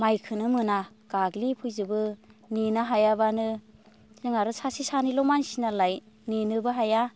माइखोनो मोना गाग्लिफैजोबो नेनो हायाब्लानो जों आरो सासे सानैल' मानसि नालाय नेनोबो हाया